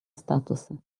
статуса